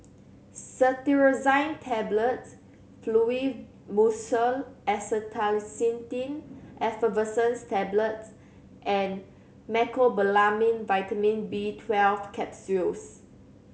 Cetirizine Tablets Fluimucil Acetylcysteine Effervescent Tablets and Mecobalamin Vitamin B Twelve Capsules